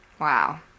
Wow